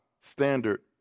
standard